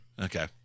Okay